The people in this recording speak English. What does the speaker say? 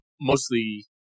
mostly